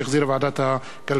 שהחזירה ועדת הכלכלה,